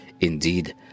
Indeed